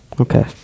Okay